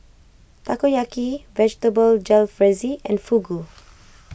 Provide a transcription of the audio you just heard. Takoyaki Vegetable Jalfrezi and Fugu